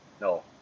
No